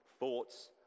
Thoughts